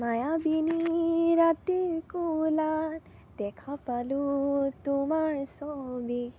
মায়াবিনি ৰাতিৰ কোলাত দেখা পালো তোমাৰ ছবি